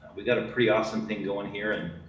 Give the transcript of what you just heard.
we gotta pretty awesome thing going here and.